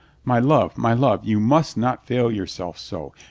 my love, my love, you must not fail yourself so,